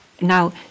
Now